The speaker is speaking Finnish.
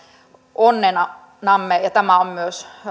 onnenamme ja tämä on myös